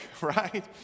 right